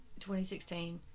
2016